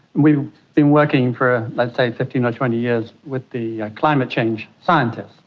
we've been working for let's say fifteen or twenty years with the climate change scientists,